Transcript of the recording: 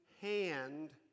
hand